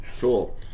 Cool